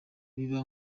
biba